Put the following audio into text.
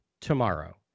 tomorrow